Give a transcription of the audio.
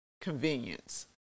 convenience